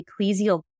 ecclesial